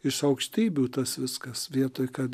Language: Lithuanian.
iš aukštybių tas viskas vietoj kad